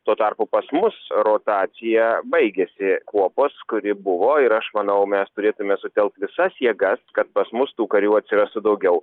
tuo tarpu pas mus rotacija baigiasi kuopos kuri buvo ir aš manau mes turėtume sutelkt visas jėgas kad pas mus tų karių atsirastų daugiau